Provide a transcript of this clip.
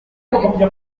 gukorera